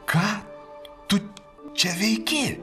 ką tu čia veiki